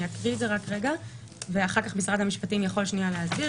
אני אקריא את זה ואחר כך משרד המשפטים יכול להסביר.